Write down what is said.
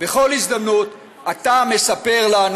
בכל הזדמנות אתה מספר לנו,